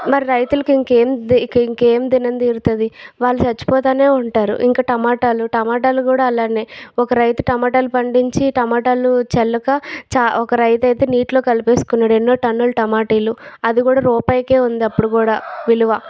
మరి రైతులకి ఇంకేం ఇంకేం దినం తీరుతుంది వాళ్ళు చచ్చిపోతానే ఉంటారు ఇంకా టమాటాలు టమాటాలు కూడా అలానే ఒక రైతు టమాటాలు పండించి టమాటాలు చెల్లక చ ఒక రైతు అయితే నీటిలో కలిపేసుకున్నాడు ఎన్నో టన్నుల టమాటాలు అది కూడా రూపాయికే ఉంది అప్పుడు కూడా విలువ